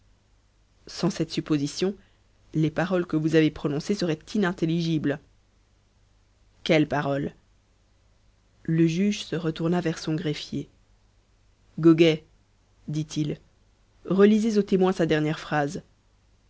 sans cette supposition les paroles que vous avez prononcées seraient inintelligibles quelles paroles le juge se retourna vers son greffier goguet dit-il relisez au témoin sa dernière phrase